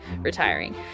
retiring